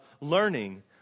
learning